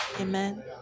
Amen